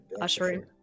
ushering